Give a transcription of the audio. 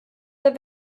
der